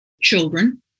children